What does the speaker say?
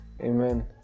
amen